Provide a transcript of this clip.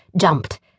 jumped